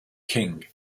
king